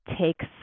takes